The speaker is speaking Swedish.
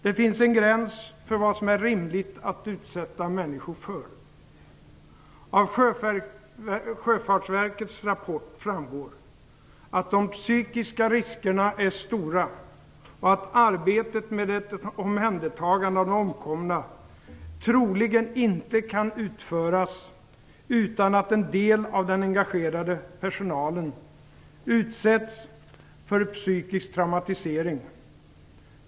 Det finns en gräns för vad som är rimligt att utsätta människor för. Av Sjöfartsverkets rapport framgår att de psykiska riskerna är stora och att arbetet med omhändertagandet av de omkomna troligen inte kan utföras utan att en del av den engagerade personalen utsätts för psykisk traumatisering.